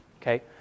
okay